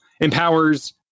empowers